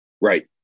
right